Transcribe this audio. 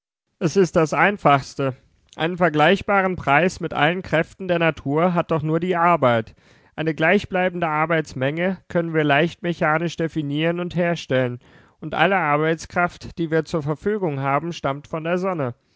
es ist das einfachste einen vergleichbaren preis mit allen kräften der natur hat doch nur die arbeit eine gleichbleibende arbeitsmenge können wir leicht mechanisch definieren und herstellen und alle arbeitskraft die wir zur verfügung haben stammt von der sonne